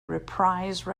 reprise